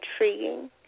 intriguing